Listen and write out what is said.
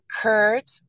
Kurt